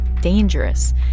dangerous